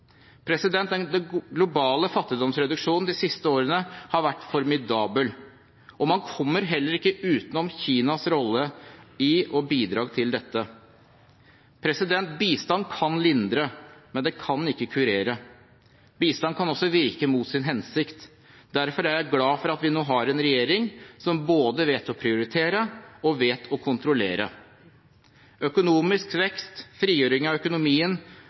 Den globale fattigdomsreduksjonen de siste årene har vært formidabel, og man kommer heller ikke utenom Kinas rolle i og bidrag til dette. Bistand kan lindre, men det kan ikke kurere. Bistand kan også virke mot sin hensikt. Derfor er jeg glad for at vi nå har en regjering som både vet å prioritere og vet å kontrollere. Økonomisk vekst, frigjøring av økonomien,